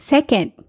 Second